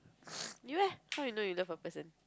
you eh how you know you love a person